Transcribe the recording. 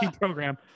program